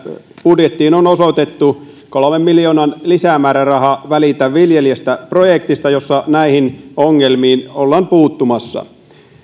budjettiin on osoitettu kolmen miljoonan lisämääräraha välitä viljelijästä projektiin jossa näihin ongelmiin ollaan puuttumassa